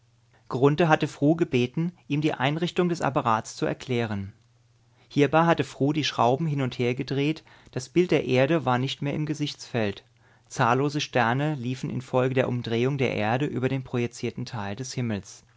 hatte fru gebeten ihm die einrichtung des apparats zu erklären hierbei hatte fru die schrauben hin und her gedreht das bild der erde war nicht mehr im gesichtsfeld zahllose sterne liefen infolge der umdrehung der erde über den projizierten teil des himmels